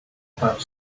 about